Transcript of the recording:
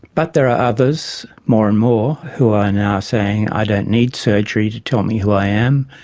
but there are others, more and more, who are now saying, i don't need surgery to tell me who i am.